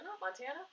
Montana